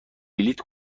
بلیط